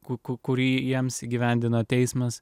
kurį jiems įgyvendino teismas